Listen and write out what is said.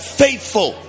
faithful